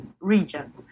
region